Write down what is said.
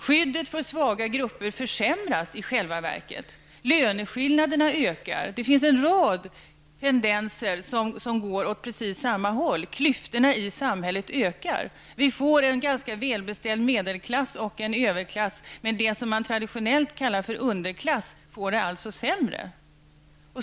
Skyddet för svaga grupper försämras i själva verket. Löneskillnaderna ökar. Det finns en rad tendenser som går åt precis samma håll. Klyftorna i samhället ökar. Vi får en ganska välbeställd medelklass och en överklass, men människorna i det som man traditionellt kallar för underklass får det alltså sämre.